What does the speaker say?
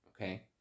Okay